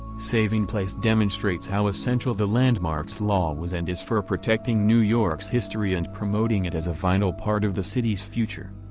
saving place demonstrates how essential the landmarks law was and is for protecting new york's history and promoting it as a vital part of the city's future.